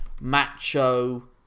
macho